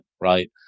right